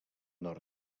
nord